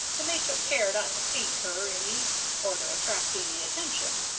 and they took care not to paint her any or to attract any attention.